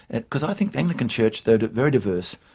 and because i think the anglican church, they're very diverse,